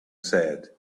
said